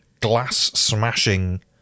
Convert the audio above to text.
glass-smashing